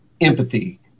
empathy